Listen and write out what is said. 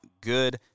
good